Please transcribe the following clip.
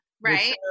Right